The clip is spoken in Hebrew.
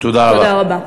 תודה רבה.